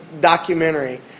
documentary